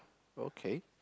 okay